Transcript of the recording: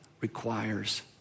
requires